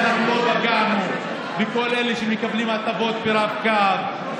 ואני יודע שאנחנו לא פגענו בכל אלה שמקבלים הטבות ברב-קו,